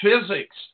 physics